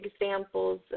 examples